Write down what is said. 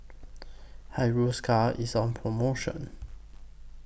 Hiruscar IS on promotion